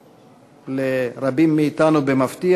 לרבים מאתנו במפתיע,